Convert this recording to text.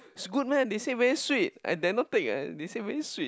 is good meh they say very sweet I dare not take ah they say very sweet